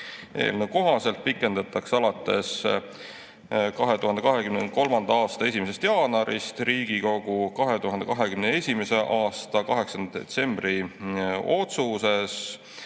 kohaselt pikendatakse alates 2023. aasta 1. jaanuarist Riigikogu 2021. aasta 8. detsembri otsuses